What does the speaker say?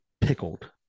pickled